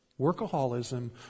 Workaholism